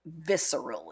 viscerally